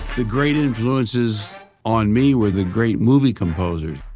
the great influences on me were the great movie composers.